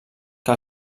que